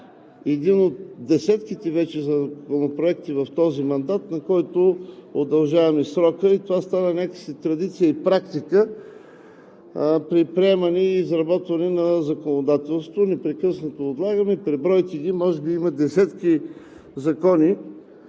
един от десетките вече законопроекти в този мандат, на който удължаваме срока и това стана някак си традиция и практика при приемане и изработване на законодателството – непрекъснато отлагаме. Пребройте ги, може би има десетки закони.